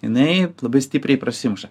jinai labai stipriai prasimuša